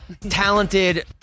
talented